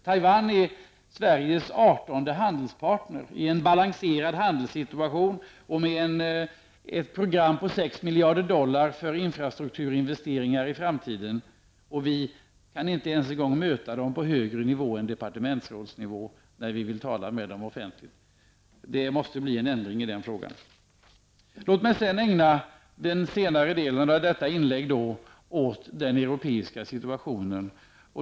Taiwan är Sveriges 18:e handelspartner i en balanserad handelssituation och med ett program på 6 miljarder dollar för infrastrukturinvesteringar i framtiden. Vi kan inte ens möta dem på en högre nivå än departementsnivå när vi vill tala med dem offentligt. Det måste bli en ändring i den frågan. Låt mig ägna den senare delen av mitt inlägg åt den europeiska situationen.